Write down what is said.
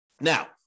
Now